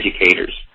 educators